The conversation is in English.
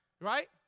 Right